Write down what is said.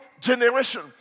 generation